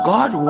God